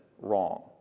wrong